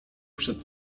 przed